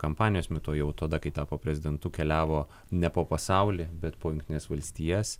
kampanijos metu o jau tada kai tapo prezidentu keliavo ne po pasaulį bet po jungtines valstijas